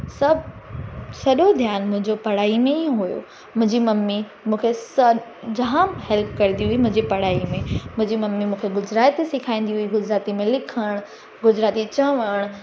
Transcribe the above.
सभु सॼो ध्यानु मुंहिंजो पढ़ाई में ई हुयो मुंहिंजी ममी मूंखे सभु जामु हेल्प कंदी हुई मुंहिंजी पढ़ाई में मुंहिंजी ममी मूंखे गुजराती सेखारींदी हुई गुजराती में लिखणु गुजराती चवणु